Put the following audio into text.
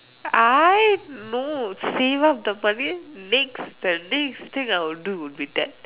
I no save up the money next the next thing I will do will be that